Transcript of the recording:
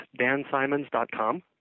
dansimons.com